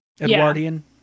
Edwardian